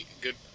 Good